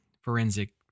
forensic